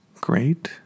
great